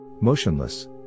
Motionless